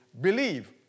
believe